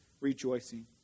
rejoicing